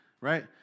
Right